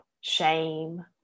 shame